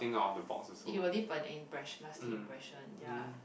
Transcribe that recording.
you will leave an impress~ lasting impression ya